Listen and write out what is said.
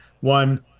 one